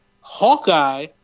Hawkeye